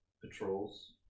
patrols